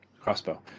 crossbow